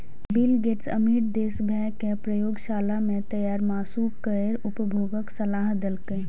bill Gates अमीर देश सभ कें प्रयोगशाला मे तैयार मासु केर उपभोगक सलाह देलकैए